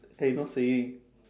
!hey! not saying